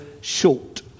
short